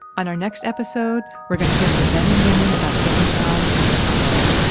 on our next episode, we're gonna hear from men and women about getting jobs when they come home.